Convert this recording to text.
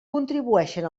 contribueixen